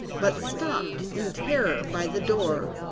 but stopped in terror by the door,